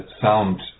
sound